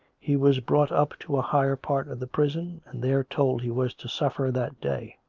he was brought up to a higher part of the prison, and there told he was to suffer that day.